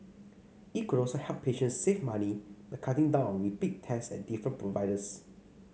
it could also help patients save money by cutting down repeat test at different providers